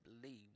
believe